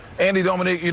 andy, dominique,